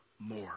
more